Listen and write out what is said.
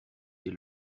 des